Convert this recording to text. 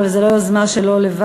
אבל זאת לא יוזמה שלו לבד.